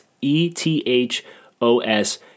E-T-H-O-S